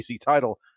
title